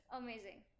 amazing